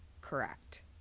Correct